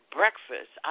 breakfast